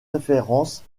références